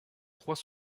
trois